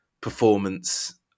performance